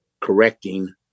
correcting